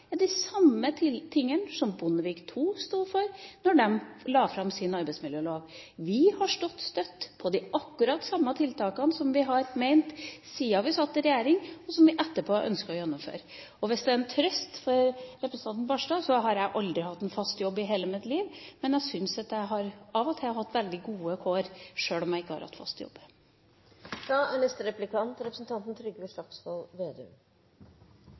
er det samme Bondevik II sto for da de la fram sin arbeidsmiljølov. Vi har stått støtt på akkurat de samme tiltakene som vi har ment er riktige, siden vi satt i regjering, og som vi etterpå har ønsket å gjennomføre. Hvis det er en trøst for representanten Knutson Barstad, har jeg aldri hatt en fast jobb i hele mitt liv, men jeg syns jeg av og til har hatt gode kår, sjøl om jeg ikke har hatt fast